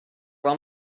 will